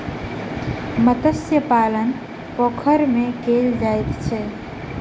मत्स्य पालन पोखैर में कायल जाइत अछि